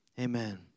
Amen